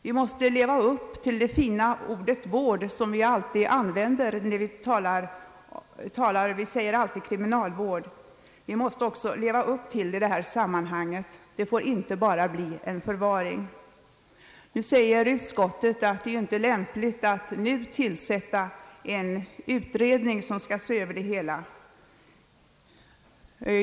Vi måste leva upp till det fina ordet kriminalvård som vi alltid använder i detta sammanhang. Utskottet säger att det inte är lämpligt att nu tillsätta en utredning som skall se över hela frågan.